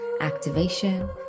activation